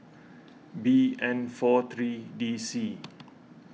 B N four three D C